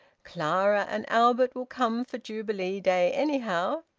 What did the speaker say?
clara and albert will come for jubilee day, anyhow.